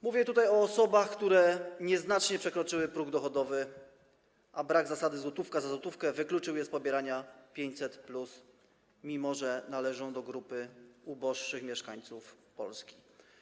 Mówię tutaj o osobach, które nieznacznie przekroczyły próg dochodowy, a brak zasady 1 zł za 1 zł wykluczył je z pobierania 500+, mimo że należą do grupy uboższych mieszkańców Polski.